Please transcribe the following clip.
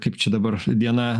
kaip čia dabar diena